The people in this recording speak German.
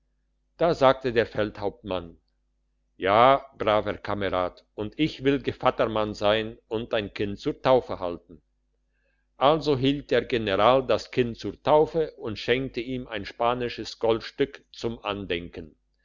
da sagte der feldhauptmann ja braver kamerad und ich will gevattermann sein und dein kind zur taufe halten also hielt der general das kind zur taufe und schenkte ihm ein spanisches goldstück zum andenken